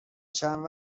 چند